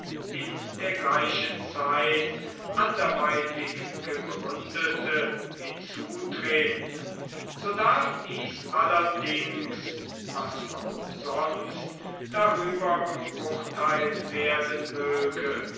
in der gleichen zeit anderweitig gegründete hinzutreten so darf dies allerdings was auch sonst darüber geurteilt werden möge